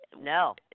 No